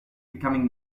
becoming